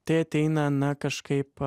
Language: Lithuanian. tai ateina na kažkaip